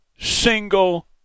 single